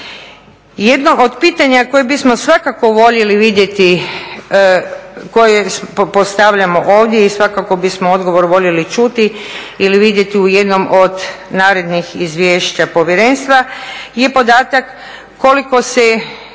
Jedno od pitanja koje bismo svakako voljeli vidjeti, koje postavljamo ovdje i svakako bismo odgovor voljeli čuti ili vidjeti u jednom od narednih izvješća povjerenstva je podatak koliko